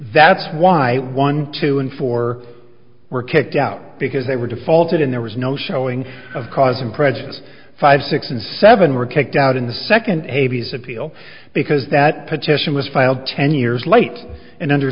that's why one two and four were kicked out because they were defaulted and there was no showing of cause and prejudice five six and seven were kicked out in the second avi's appeal because that petition was filed ten years light and under